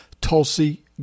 Tulsi